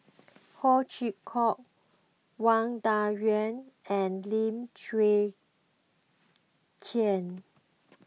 Ho Chee Kong Wang Dayuan and Lim Chwee Chian